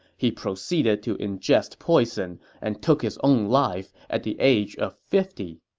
he proceeded to ingest poison and took his own life at the age of fifty.